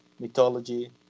mythology